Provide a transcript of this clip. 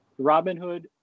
Robinhood